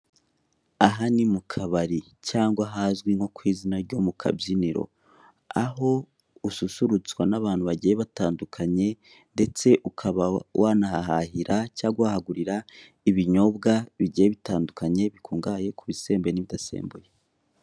Aha ni mu kabari cyangwa ahazwi nko ku izina ryo mu kabyiniro, aho ususurutswa n'abantu bagiye batandukanye ndetse ukaba wanahahahira cyangwa wahagurira ibinyobwa bigiye bitandukanye bikungahaye ku bisembuye n'ibidasembuye.